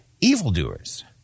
Evildoers